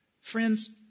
Friends